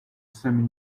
same